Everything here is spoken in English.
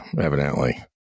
evidently